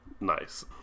nice